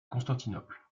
constantinople